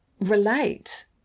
relate